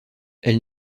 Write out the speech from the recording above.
elle